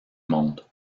monde